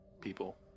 people